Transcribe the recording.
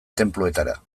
tenpluetara